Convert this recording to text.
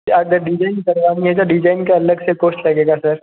अगर डिजाइन करवाएंगे तो डिजाइन का अलग से काॅस्ट लगेगा सर